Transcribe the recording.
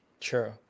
true